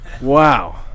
Wow